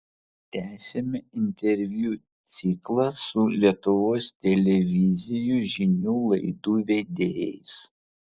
tęsiame interviu ciklą su lietuvos televizijų žinių laidų vedėjais